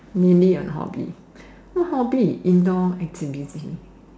nearly a hobby what hobby indoor activity